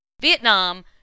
Vietnam